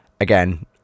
again